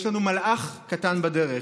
יש לנו מלאך קטן בדרך.